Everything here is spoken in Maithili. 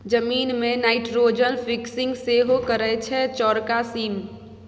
जमीन मे नाइट्रोजन फिक्सिंग सेहो करय छै चौरका सीम